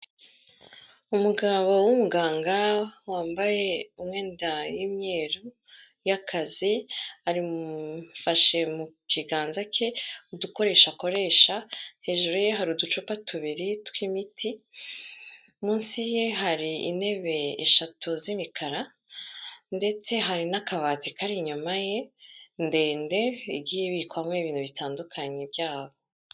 Umugabo w'umuganga wambaye imyenda y'imyeru y'akazi, afashe mu kiganza cye udukoresho akoresha, hejuru ye hari uducupa tubiri tw'imiti, munsi ye hari intebe eshatu z'imikara, ndetse hari n'akabati kari inyuma ye ndende igiye bikwamo ibintu bitandukanye byabo.